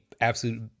absolute